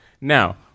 Now